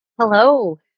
Hello